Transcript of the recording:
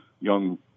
young